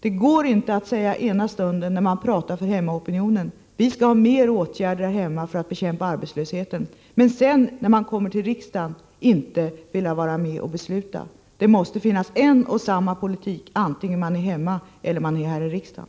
Det går inte att ena stunden — när man talar till hemmaopinionen — säga att man skall vidta ytterligare åtgärder där hemma för att bekämpa arbetslösheten, men sedan, när man kommer till riksdagen, inte vilja vara med och besluta om detta. Det måste vara en och samma politik man vill föra när man är hemma och när man är här i riksdagen.